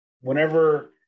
whenever